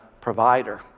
provider